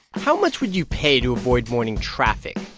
how much would you pay to avoid morning traffic?